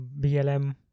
BLM